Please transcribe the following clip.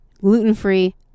gluten-free